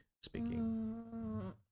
speaking